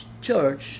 church